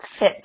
Fitbit